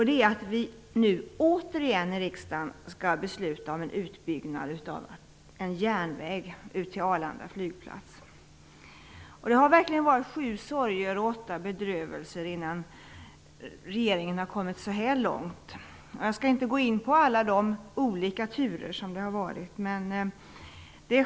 Det är att vi nu återigen i riksdagen skall besluta om en utbyggnad av en järnväg ut till Arlanda flygplats. Det har verkligen varit sju sorger och åtta bedrövelser innan regeringen har kommit så långt. Jag skall inte gå in på alla de olika turer som har varit.